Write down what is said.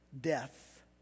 death